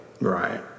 Right